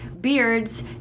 beards